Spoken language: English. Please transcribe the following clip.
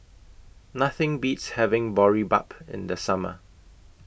Nothing Beats having Boribap in The Summer